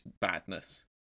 badness